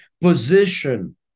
position